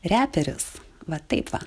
reperis va taip va